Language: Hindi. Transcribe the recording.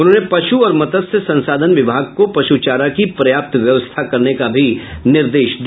उन्होंने पशु और मत्स्य संसाधन विभाग को पशुचारा की पर्याप्त व्यवस्था करने का भी निर्देश दिया